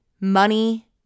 Money